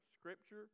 scripture